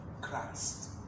Christ